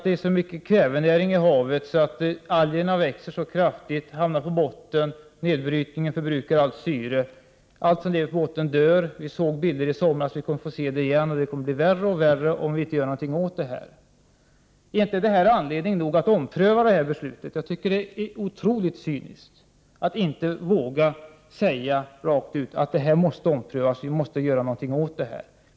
Det är så mycket kvävenäring i havet att algerna växer kraftigt, hamnar på botten, och nedbrytningen förbrukar allt syre. Detta gör att botten dör. Vi såg detta i bilder i somras, och vi kommer att få se det igen. Det blir värre och värre om vi inte gör någonting åt situationen. Ärinte detta anledning nog att ompröva beslutet? Jag tycker det är otroligt cyniskt att man inte vågar säga rakt ut att beslutet måste omprövas, att vi måste göra någonting.